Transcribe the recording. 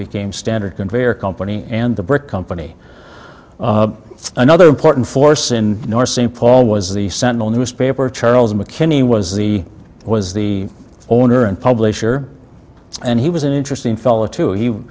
became standard conveyer company and the brick company another important force in north st paul was the sentinel newspaper charles mckinney was the was the owner and publisher and he was an interesting fellow to he